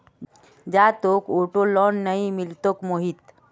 जा, तोक auto loan नइ मिलतोक मोहित